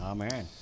Amen